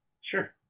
Sure